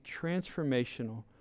transformational